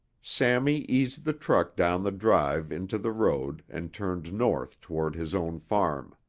sammy eased the truck down the drive into the road and turned north toward his own farm.